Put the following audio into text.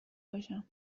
باشم